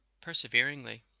perseveringly